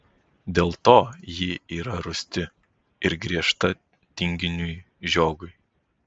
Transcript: dėl to ji yra rūsti ir griežta tinginiui žiogui